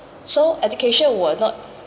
so education will not